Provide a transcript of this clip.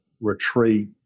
retreat